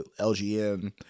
LGN